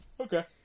Okay